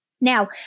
Now